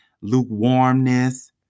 lukewarmness